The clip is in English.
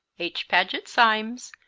h. paget-symes,